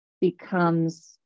becomes